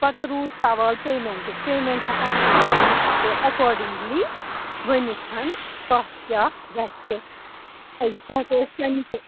پَتہٕ روٗد سوال پیمیٚنٹُک پیمیٚنٛٹ ہسا ہٮ۪کَو أسۍ تمے ساتہٕ تۄہہِ اٮ۪کاڈنٛگلی ؤنِتھ اَتھ کیٛاہ گژھِ ہٮ۪کَو أسۍ تمے تہٕ